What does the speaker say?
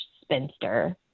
spinster